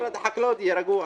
ואז משרד החקלאות יהיה רגוע.